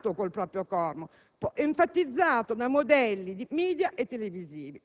di un rapporto malato con il proprio corpo, enfatizzato da modelli di *media* e televisivi.